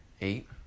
eight